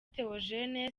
theogene